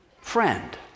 friend